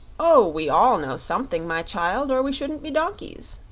oh, we all know something, my child, or we shouldn't be donkeys,